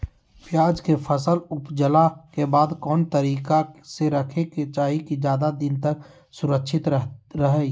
प्याज के फसल ऊपजला के बाद कौन तरीका से रखे के चाही की ज्यादा दिन तक सुरक्षित रहय?